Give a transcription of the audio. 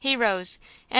he rose,